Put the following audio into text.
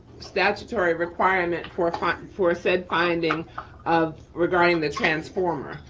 statutory requirement for funding for said finding of regarding the transformer.